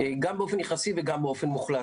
גם באופן יחסי וגם באופן מוחלט.